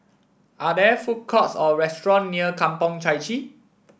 are there food courts or restaurant near Kampong Chai Chee